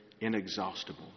inexhaustible